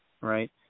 Right